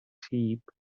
sheep